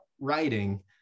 writing